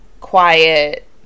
quiet